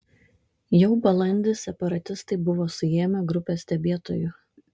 jau balandį separatistai buvo suėmę grupę stebėtojų